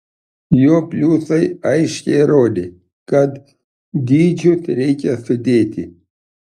jo pliusai aiškiai rodė kad dydžius reikia sudėti